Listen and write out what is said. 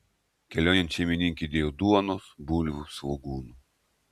kelionėn šeimininkė įdėjo duonos bulvių svogūnų